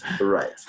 right